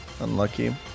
unlucky